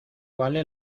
vale